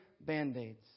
Band-Aids